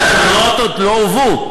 התקנות עוד לא הובאו.